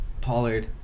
Pollard